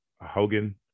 Hogan